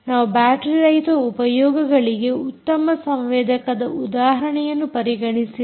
ನಾವು ಬ್ಯಾಟರೀರಹಿತ ಉಪಯೋಗಗಳಿಗೆ ಉತ್ತಮ ಸಂವೇದಕದ ಉದಾಹರಣೆಯನ್ನು ಪರಿಗಣಿಸಿದ್ದೇವೆ